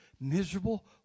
miserable